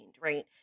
right